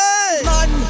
Man